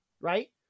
Right